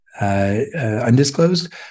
undisclosed